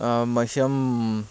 मह्यं